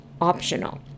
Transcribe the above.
optional